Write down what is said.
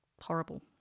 horrible